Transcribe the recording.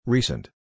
Recent